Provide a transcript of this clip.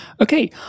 Okay